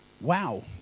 wow